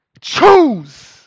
Choose